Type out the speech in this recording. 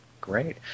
Great